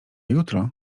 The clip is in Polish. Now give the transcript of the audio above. jutro